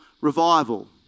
revival